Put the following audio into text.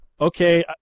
okay